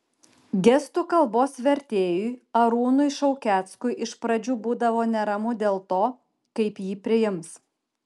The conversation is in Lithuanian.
gestų kalbos vertėjui arūnui šaukeckui iš pradžių būdavo neramu dėl to kaip jį priims